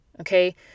Okay